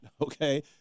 okay